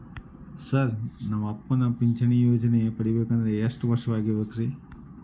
Sir ನನ್ನ ಅಪ್ಪನಿಗೆ ಪಿಂಚಿಣಿ ಯೋಜನೆ ಪಡೆಯಬೇಕಂದ್ರೆ ಎಷ್ಟು ವರ್ಷಾಗಿರಬೇಕ್ರಿ?